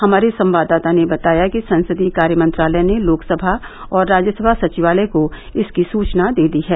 हमारे संवाददाता ने बताया कि संसदीय कार्य मंत्रालय ने लोकसभा और राज्यसभा सचिवालय को इसकी सूचना दे दी है